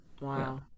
Wow